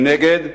מנגד,